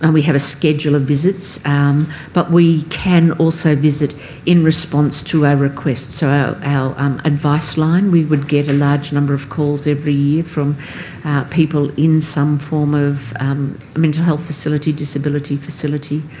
and we have a schedule of visits but we can also visit in response to a request. so our our um advice line, we would get a large number of calls every year from people in some form of mental health facility, disability facility,